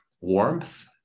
warmth